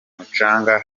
mucanga